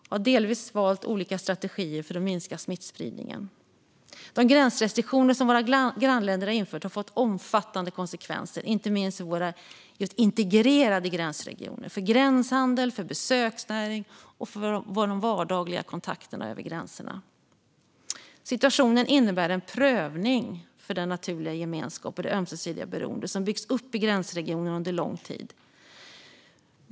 Vi har delvis valt olika strategier för att minska smittspridningen. De gränsrestriktioner som våra grannländer har infört har fått omfattande konsekvenser, inte minst för våra integrerade gränsregioner, när det gäller gränshandel, besöksnäring och de vardagliga kontakterna över gränserna. Situationen innebär en prövning för den naturliga gemenskap och det ömsesidiga beroende som har byggts upp i gränsregionerna under lång tid.